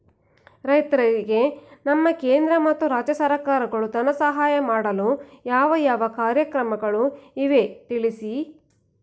ರೈತರಿಗೆ ನಮ್ಮ ಕೇಂದ್ರ ಮತ್ತು ರಾಜ್ಯ ಸರ್ಕಾರಗಳು ಧನ ಸಹಾಯ ಮಾಡಲು ಯಾವ ಯಾವ ಕಾರ್ಯಕ್ರಮಗಳು ಇವೆ ತಿಳಿಸಿ?